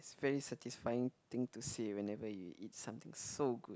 it's a very satisfying thing to say whenever you eat something so good